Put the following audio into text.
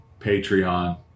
Patreon